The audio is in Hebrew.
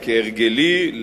כהרגלי,